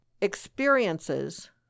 experiences